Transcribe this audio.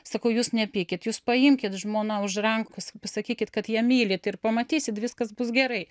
sakau jūs nepykit jūs paimkit žmoną už rankos pasakykit kad ją mylit ir pamatysit viskas bus gerai